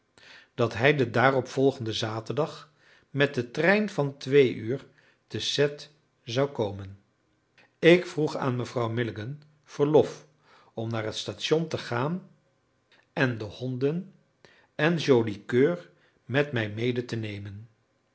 dat hij den daaropvolgenden zaterdag met den trein van twee uur te cette zou komen ik vroeg aan mevrouw milligan verlof om naar het station te gaan en de honden en joli coeur met mij mede te nemen